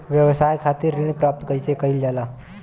व्यवसाय खातिर ऋण प्राप्त कइसे कइल जाला?